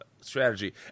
strategy